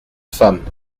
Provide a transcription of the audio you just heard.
femme